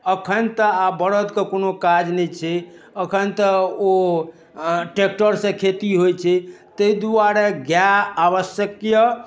एखनि तऽ आब बरद कऽ कोनो काज नहि छै एखनि तऽ ओ ट्रेक्टरसँ खेती होइत छै ताहि दुआरे गाय आवश्यक यऽ